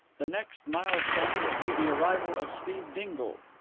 the next mile-stone would be the arrival of steve dingle.